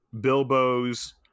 bilbo's